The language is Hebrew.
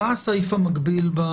מה הסעיף המקביל?